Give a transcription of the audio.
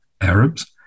Arabs